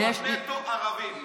הכול נטו ערבים.